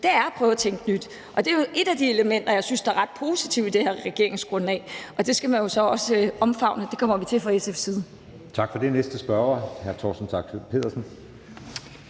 er at prøve at tænke nyt, og det er et af de elementer, jeg synes er ret positive i det her regeringsgrundlag. Det skal man jo så også omfavne, og det kommer vi til fra SF's side. Kl. 13:32 Anden næstformand (Jeppe Søe): Tak